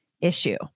issue